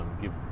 give